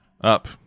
up